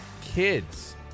kids